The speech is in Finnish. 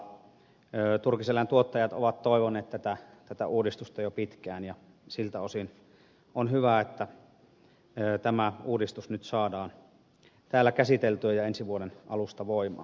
turkiseläintuottajat ovat toivoneet tätä uudistusta jo pitkään ja siltä osin on hyvä että tämä uudistus nyt saadaan täällä käsiteltyä ja ensi vuoden alusta voimaan